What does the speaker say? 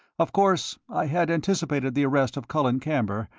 of course, i had anticipated the arrest of colin camber,